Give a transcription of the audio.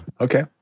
Okay